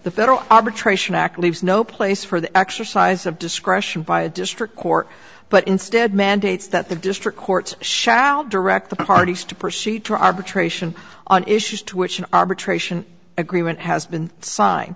the federal arbitration act leaves no place for the exercise of discretion by a district court but instead man it's that the district court shall direct the parties to proceed to arbitration on issues to which an arbitration agreement has been signe